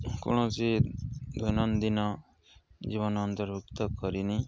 କୌଣସି ଦୈନନ୍ଦିନ ଜୀବନ ଅନ୍ତର୍ଭୁକ୍ତ କରିନି